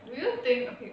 do you think okay